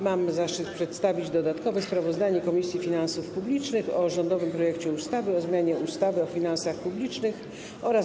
Mam zaszczyt przedstawić dodatkowe sprawozdanie Komisji Finansów Publicznych o rządowym projekcie ustawy o zmianie ustawy o finansach publicznych oraz